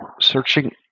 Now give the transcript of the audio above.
searching